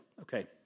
Okay